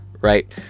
right